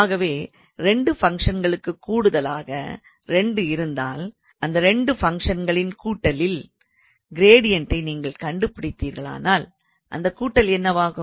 ஆகவே 2 ஃபங்க்ஷன்களுக்கு கூடுதலாக 2 இருந்தால் அந்த 2 ஃபங்க்ஷன்களின் கூட்டலில் கிரேடியண்ட்டை நீங்கள் கண்டுபிடித்தீர்களானால் அந்த கூட்டல் என்னவாகும்